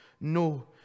No